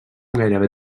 gairebé